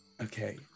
Okay